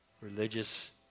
religious